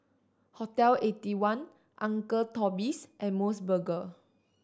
Hotel Eighty one Uncle Toby's and Mos Burger